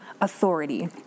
authority